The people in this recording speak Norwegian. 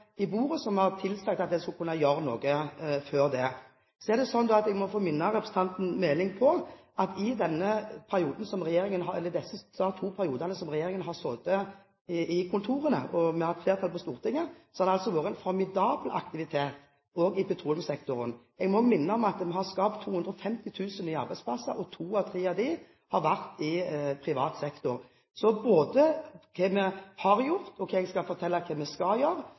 på bordet som har tilsagt at en skulle kunne gjøre noe før det. Så er det sånn at jeg må få minne representanten Meling på at i disse to periodene som regjeringen har sittet i kontorene og har hatt flertall på Stortinget, har det vært en formidabel aktivitet også i petroleumssektoren. Jeg må minne om at vi har skapt 250 000 nye arbeidsplasser, og to av tre av disse har vært i privat sektor. Så når det gjelder både hva vi har gjort, og hva jeg skal fortelle vi skal gjøre framover de neste fire årene, skal jeg med stolthet melde hva vi har gjort, og hva vi skal